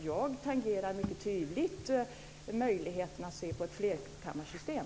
Jag tangerar alltså mycket tydligt möjligheterna att se på ett flerkammarsystem.